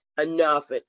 enough